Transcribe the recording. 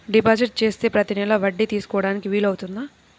Deposit చేస్తే ప్రతి నెల వడ్డీ తీసుకోవడానికి వీలు అవుతుందా?